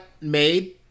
made